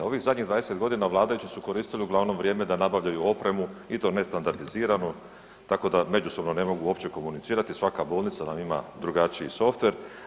U ovih zadnjih 20.g. vladajući su koristili uglavnom vrijeme da nabavljaju opremu i to ne standardiziranu, tako međusobno ne mogu uopće komunicirati, svaka bolnica nam ima drugačiji softver.